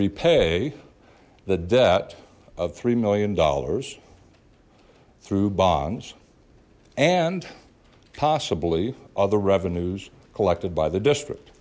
repay the debt of three million dollars through bonds and possibly other revenues collected by the district